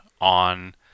on